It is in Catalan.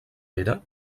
pere